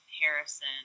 Harrison